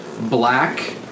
black